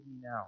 now